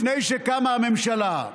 לפני שקמה הממשלה.